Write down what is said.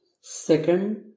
Second